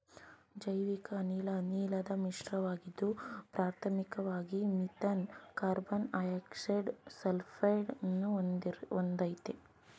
ಜೈವಿಕಅನಿಲ ಅನಿಲದ್ ಮಿಶ್ರಣವಾಗಿದೆ ಪ್ರಾಥಮಿಕ್ವಾಗಿ ಮೀಥೇನ್ ಕಾರ್ಬನ್ಡೈಯಾಕ್ಸೈಡ ಸಲ್ಫೈಡನ್ನು ಹೊಂದಯ್ತೆ